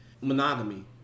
monogamy